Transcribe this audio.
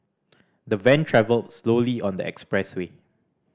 the van travelled slowly on the expressway